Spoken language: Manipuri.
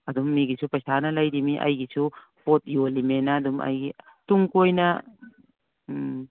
ꯑꯗꯨꯝ ꯃꯤꯒꯤꯁꯨ ꯄꯩꯁꯥꯅ ꯂꯩꯔꯤꯕꯅꯤ ꯑꯩꯒꯤꯁꯨ ꯄꯣꯠ ꯌꯣꯜꯂꯤꯕꯅꯤꯅ ꯑꯗꯨꯝ ꯑꯩꯒꯤ ꯇꯨꯡ ꯀꯣꯏꯅ ꯎꯝ